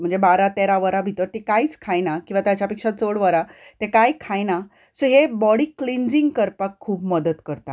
म्हणजे बारा तेरा वरां भितर ती कांयच खायनात वा ताच्या पेक्षा चड वरां ते कांय खायनात सो हे एक बॉडीक क्लिनजींग करपाक खूब मदत करता